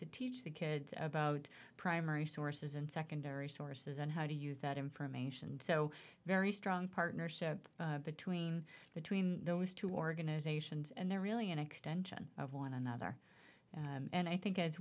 to teach the kids about primary sources and secondary sources and how to use that information and so very strong partnership between between those two organizations and they're really an extension of one another and i think as